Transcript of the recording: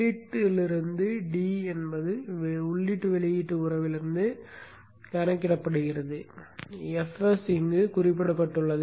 உள்ளீட்டிலிருந்து d என்பது உள்ளீட்டு வெளியீட்டு உறவிலிருந்து கணக்கிடப்படுகிறது fs குறிப்பிடப்பட்டுள்ளது